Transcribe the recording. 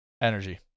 Energy